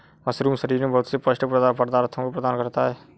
mushroom शरीर में बहुत से पौष्टिक पदार्थों को प्रदान करता है